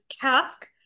Cask